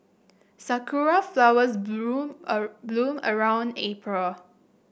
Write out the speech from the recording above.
sakura flowers bloom a bloom around April